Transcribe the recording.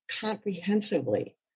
comprehensively